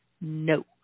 No